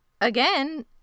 again